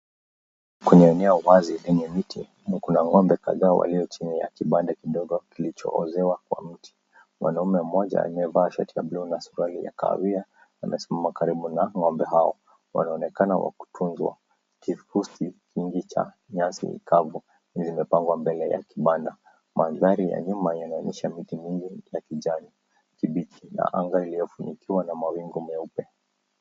Kwenye eneo wazi lenye miti, kuna ngombe kadhaa walio chini ya kibanda kidogo kilicho ozewa kwa mti, mwanaume mmoja aliyevalia sahatiya ya buluu na suruali ya kahawia amesimama karibu na ngombe hao, wanaonekana wa kutunzwa, kivuzi nyingi za nyazi kavu zimepangwa mbele ya kibanda, mandhari ya nyuma yanaonyesha miti nyingi ya kijani kibichi na anga iliyo funikwa mawingu mweupe.